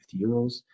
euros